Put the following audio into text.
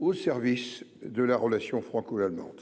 au service de la relation franco-allemande.